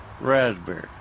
raspberry